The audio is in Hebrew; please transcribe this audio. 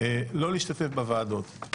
לא להשתתף בוועדות,